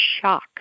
shock